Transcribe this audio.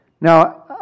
Now